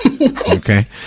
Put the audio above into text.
okay